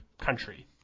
country